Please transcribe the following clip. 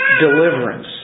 deliverance